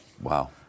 Wow